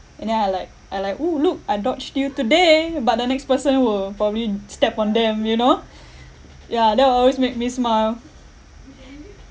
and then I like I like !woo! look I dodged you today but the next person will probably step on them you know ya that always make me smile